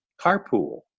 carpool